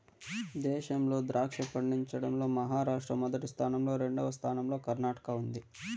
దేశంలో ద్రాక్ష పండించడం లో మహారాష్ట్ర మొదటి స్థానం లో, రెండవ స్థానం లో కర్ణాటక ఉంది